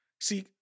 See